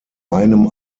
einem